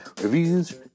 reviews